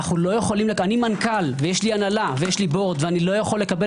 אני מנכ"ל ויש לי הנהלה ובורד ואיני יכול לקבל